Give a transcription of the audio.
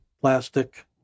plastic